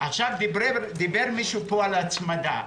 דיבר פה מישהו על הצמדה.